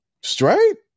Straight